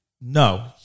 No